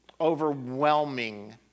overwhelming